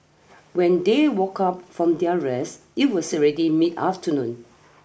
when they woke up from their rest it was already mid afternoon